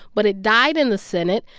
but it died in the senate.